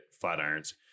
Flatirons